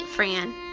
Fran